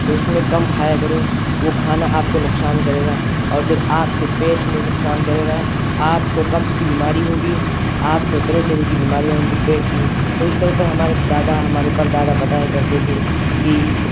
تو اس میں کم کھایا کرو وہ کھانا آپ کو نقصان کرے گا اور پھر آپ کے پیٹ میں نقصان کرے گا آپ کو قبض کی بیماری ہوگی آپ کو طرح طرح کی بیماریاں ہوں گی پیٹ کی تو اس طور پر ہمارے دادا ہمارے پر دادا بتایا کرتے تھے کہ